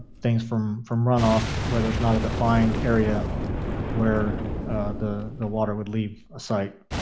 things from from runoff where there's not a defined area where the the water would leave a site